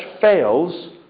fails